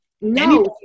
No